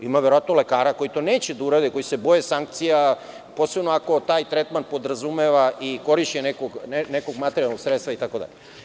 Ima verovatno lekara koji to neće da urade, koji se boje sankcija, posebno ako taj tretman podrazumeva i korišćenje nekog materijalnog sredstva itd.